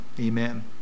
Amen